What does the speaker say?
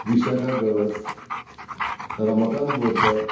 Vishakha Gawas Ramakant Borkar